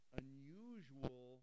unusual